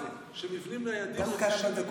והיא דיברה על זה שמבנים ניידים זה מסוכן.